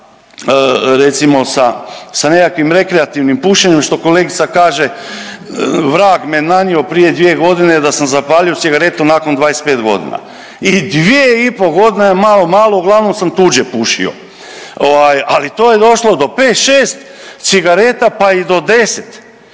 recimo sa nekakvim rekreativnim pušenjem, što kolegica kaže, vrag me nanio prije 2 godine da sam zapalio cigaretu nakon 25 godina i 2,5 godine, malo-malo, uglavnom sam tuđe pušio, ali to je došlo do 5, 6 cigareta, pa i do 10.